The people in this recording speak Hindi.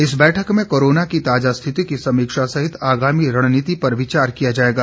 इस बैठक में कोरोना की ताजा रिथिति की समीक्षा सहित आगामी रणनीति पर विचार किया जाएगा